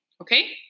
Okay